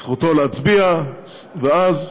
זכותו להצביע, ואז,